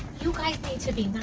you guys needs to be